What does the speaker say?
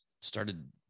started